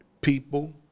People